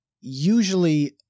usually